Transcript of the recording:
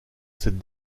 cette